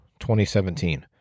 2017